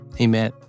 amen